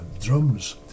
drums